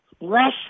Less